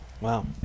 Wow